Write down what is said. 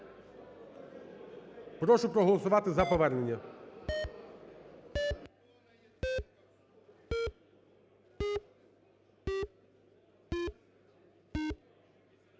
прошу проголосувати за повернення.